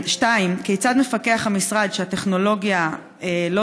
שאלה שנייה: כיצד המשרד מפקח שהטכנולוגיה לא